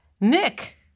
Nick